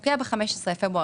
והוא פוקע ב-15 בפברואר